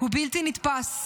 הוא בלתי נתפס.